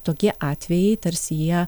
tokie atvejai tarsi jie